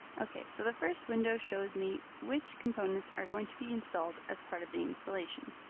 ok, so the first window shows me which components are going to be installed as part of the installation.